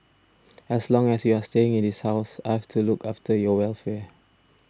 as long as you are staying in this house I've to look after your welfare